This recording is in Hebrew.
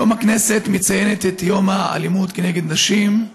היום הכנסת מציינת את יום האלימות נגד נשים.